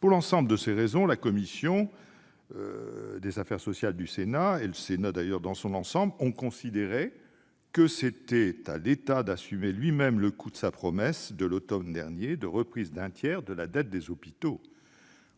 Pour l'ensemble de ces raisons, la commission des affaires sociales et le Sénat dans son ensemble ont considéré qu'il appartenait à l'État d'assumer lui-même le coût de sa promesse, de l'automne dernier, de reprise d'un tiers de la dette des hôpitaux,